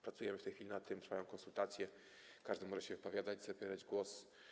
Pracujemy w tej chwili nad tym, trwają konsultacje, każdy może się wypowiadać, zabierać głos.